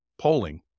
polling